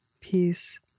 peace